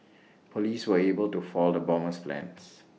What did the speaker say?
Police were able to fall the bomber's plans